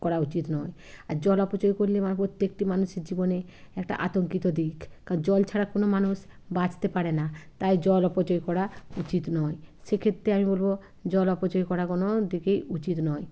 করা উচিত নয় আর জল অপচয় করলে প্রত্যেকটি মানুষের জীবনে একটা আতঙ্কিত দিক কারণ জল ছাড়া কোন মানুষ বাঁচতে পারে না তাই জল অপচয় করা উচিত নয় সেক্ষেত্রে আমি বলব জল অপচয় করা কোনো দিকেই উচিত নয়